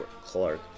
Clark